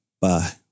Bye